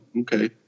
okay